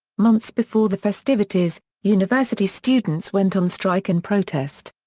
months before the festivities, university students went on strike in protest.